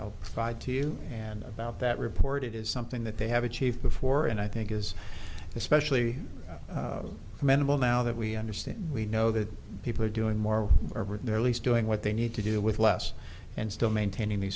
zero five to you and about that report it is something that they have achieved before and i think is especially commendable now that we understand we know that people are doing more or they're least doing what they need to do with less and still maintaining